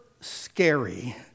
scary